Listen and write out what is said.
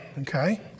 Okay